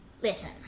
Listen